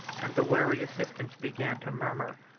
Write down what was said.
and the weary assistants began to murmur,